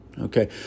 Okay